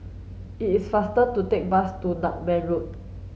it is faster to take the bus to Nutmeg Road